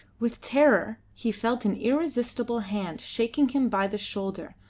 with terror he felt an irresistible hand shaking him by the shoulder,